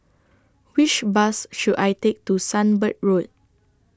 Which Bus should I Take to Sunbird Road